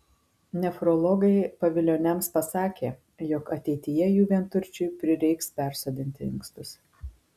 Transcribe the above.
nefrologai pavilioniams pasakė jog ateityje jų vienturčiui prireiks persodinti inkstus